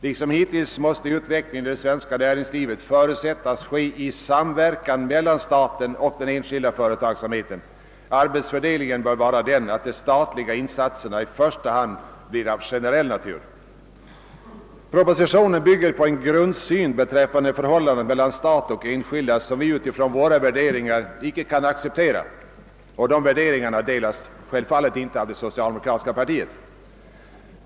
Liksom hittills måste utvecklingen i det svenska näringslivet förutsättas ske i samverkan mellan staten och den enskilda företagsamheten. Arbetsfördelningen bör vara den att de statliga insatserna i första hand blir av generell natur. Propositionen bygger på en grundsyn beträffande förhållandet mellan stat och enskilda som vi utifrån våra värderingar icke kan acceptera. Våra värderingar delas självfallet inte av det socialdemokratiska partiet.